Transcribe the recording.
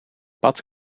pad